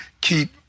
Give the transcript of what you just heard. keep